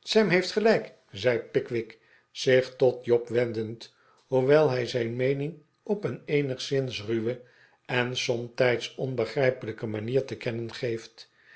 sam heeft gelijk zei pickwick zich tot job wendend hoewel hij zijn meening op een eenigszins ruwe en somtijds onbegrijpelijke manier te kennen geeft